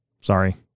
Sorry